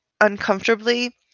uncomfortably